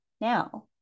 now